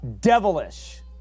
devilish